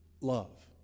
love